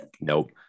Nope